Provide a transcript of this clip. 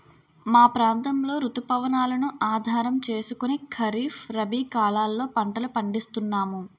మా ప్రాంతంలో రుతు పవనాలను ఆధారం చేసుకుని ఖరీఫ్, రబీ కాలాల్లో పంటలు పండిస్తున్నాము